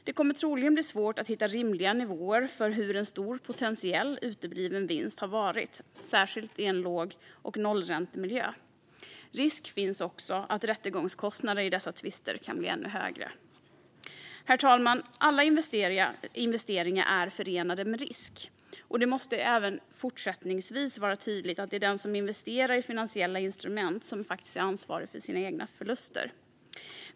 Det kommer troligen att bli svårt att hitta rimliga nivåer för hur stor en potentiell utebliven vinst hade varit, särskilt i låg och nollräntemiljö. Risk finns också att rättegångskostnaderna i dessa tvister kan bli ännu högre. Herr talman! Alla investeringar är förenade med risk. Det måste även fortsättningsvis vara tydligt att den som investerar i finansiella instrument är ansvarig för sina egna förluster.